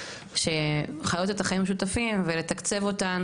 שחיות את החיים המשותפים ולתקצב אותן,